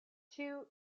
two